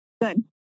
good